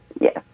yes